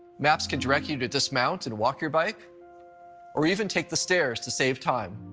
maps can direct you to dismount and walk your bike or even take the stairs to save time.